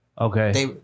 Okay